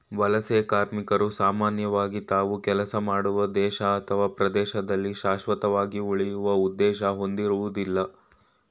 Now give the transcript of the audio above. ವಲಸೆ ಕಾರ್ಮಿಕರು ಸಾಮಾನ್ಯವಾಗಿ ತಾವು ಕೆಲಸ ಮಾಡುವ ದೇಶ ಅಥವಾ ಪ್ರದೇಶದಲ್ಲಿ ಶಾಶ್ವತವಾಗಿ ಉಳಿಯುವ ಉದ್ದೇಶ ಹೊಂದಿರುವುದಿಲ್ಲ